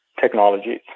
Technologies